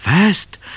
First